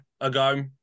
ago